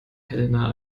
helena